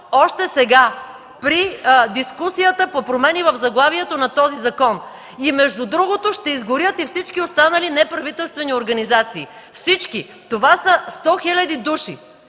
още сега при дискусията по промени в заглавието на този закон. Между другото, ще изгорят и всички останали неправителствени организации. Всички! Това са сто хиляди